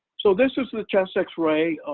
so this is the chest x-ray